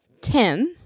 Tim